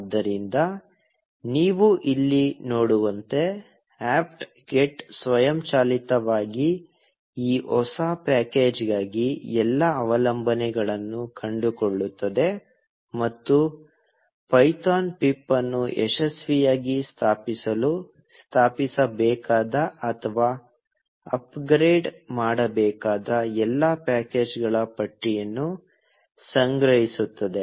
ಆದ್ದರಿಂದ ನೀವು ಇಲ್ಲಿ ನೋಡುವಂತೆ apt get ಸ್ವಯಂಚಾಲಿತವಾಗಿ ಈ ಹೊಸ ಪ್ಯಾಕೇಜ್ಗಾಗಿ ಎಲ್ಲಾ ಅವಲಂಬನೆಗಳನ್ನು ಕಂಡುಕೊಳ್ಳುತ್ತದೆ ಮತ್ತು ಪೈಥಾನ್ ಪಿಪ್ ಅನ್ನು ಯಶಸ್ವಿಯಾಗಿ ಸ್ಥಾಪಿಸಲು ಸ್ಥಾಪಿಸಬೇಕಾದ ಅಥವಾ ಅಪ್ಗ್ರೇಡ್ ಮಾಡಬೇಕಾದ ಎಲ್ಲಾ ಪ್ಯಾಕೇಜ್ಗಳ ಪಟ್ಟಿಯನ್ನು ಸಂಗ್ರಹಿಸುತ್ತದೆ